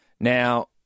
Now